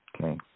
okay